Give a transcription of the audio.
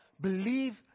Believe